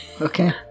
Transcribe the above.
Okay